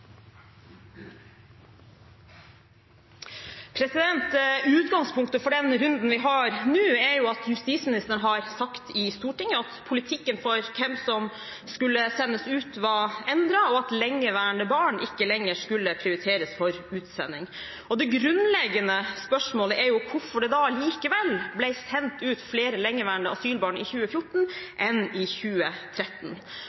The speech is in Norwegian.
at justisministeren har sagt i Stortinget at politikken for hvem som skulle sendes ut, var endret, og at lengeværende barn ikke lenger skulle prioriteres for utsending. Det grunnleggende spørsmålet er hvorfor det likevel ble sendt ut flere lengeværende asylbarn i 2014 enn i 2013.